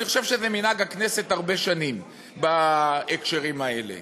אני חושב שזה מנהג הכנסת הרבה שנים בהקשרים האלה.